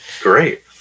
Great